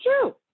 true